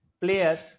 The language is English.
players